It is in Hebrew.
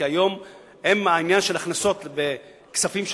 כי היום חלק מההכנסות שלהם,